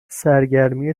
سرگرمی